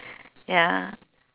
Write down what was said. ya